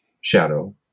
shadow